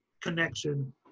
connection